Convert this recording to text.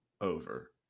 over